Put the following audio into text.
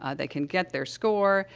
ah they can get their score,